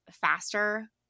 faster